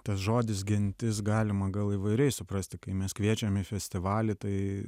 tas žodis gintis galima gal įvairiai suprasti kai mes kviečiam į festivalį tai